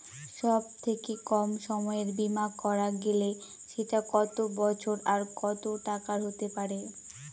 সব থেকে কম সময়ের বীমা করা গেলে সেটা কত বছর আর কত টাকার হতে পারে?